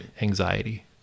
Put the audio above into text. anxiety